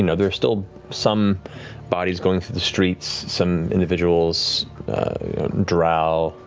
and there's still some bodies going through the streets, some individuals drow,